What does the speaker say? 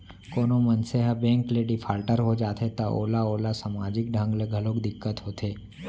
कोनो मनसे ह बेंक ले डिफाल्टर हो जाथे त ओला ओला समाजिक ढंग ले घलोक दिक्कत होथे